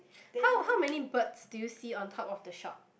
how how many birds do you see on top of the shop